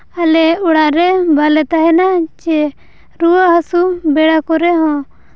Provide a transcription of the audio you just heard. ᱟᱞᱮ ᱚᱲᱟᱜ ᱨᱮ ᱵᱟᱝᱞᱮ ᱛᱟᱦᱮᱱᱟ ᱪᱮ ᱨᱩᱣᱟᱹ ᱦᱟᱹᱥᱩ ᱵᱮᱲᱟ ᱠᱚᱨᱮ ᱦᱚᱸ